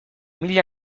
mila